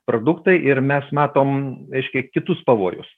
produktai ir mes matom reiškia kitus pavojus